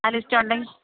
ആ ലിസ്റ്റ് ഉണ്ടെങ്കില്